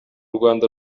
rwanda